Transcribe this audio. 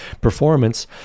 performance